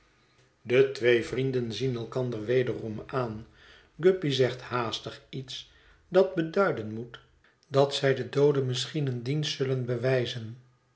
de twee vrienden zien elkander wederom aan guppy zegt haastig iets dat beduiden moet dat zij den doode misschien een dienst zullen bewijzen